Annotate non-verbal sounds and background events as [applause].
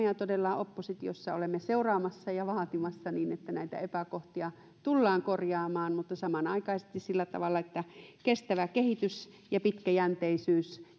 [unintelligible] ja oppositiossa olemme todella seuraamassa ja vaatimassa sitä että näitä epäkohtia tullaan korjaamaan mutta samanaikaisesti sillä tavalla että kestävä kehitys ja pitkäjänteisyys [unintelligible]